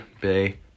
Bay